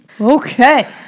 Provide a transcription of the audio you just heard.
Okay